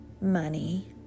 money